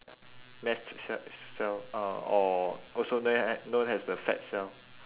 mast ce~ cell uh or also known a~ known as the fat cell